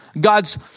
God's